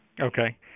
Okay